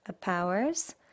powers